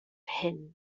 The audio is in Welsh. hyn